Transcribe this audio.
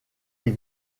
les